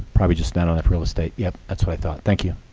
probably just not enough real estate. yep, that's what i thought. thank you.